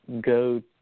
go